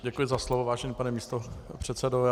Děkuji za slovo, vážený pane místopředsedo.